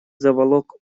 заволок